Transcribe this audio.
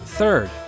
Third